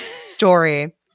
story